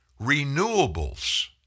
Renewables